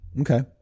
Okay